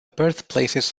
birthplaces